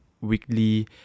weekly